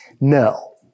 No